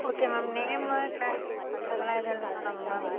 okay ma'am name class அதெல்லாம் எதுவும் எழுத வேண்டாமா மேம்